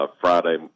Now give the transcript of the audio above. Friday